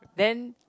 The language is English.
then